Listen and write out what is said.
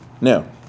now